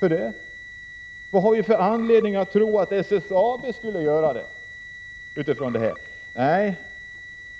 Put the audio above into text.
för det. Vad har vi för anledning att tro att SSAB skulle göra något utifrån den utgångspunkten?